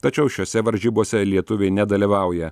tačiau šiose varžybose lietuviai nedalyvauja